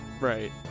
Right